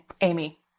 Amy